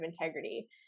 integrity